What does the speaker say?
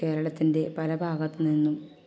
കേരളത്തിന്റെ പല ഭാഗത്ത് നിന്നും